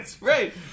right